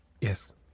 Yes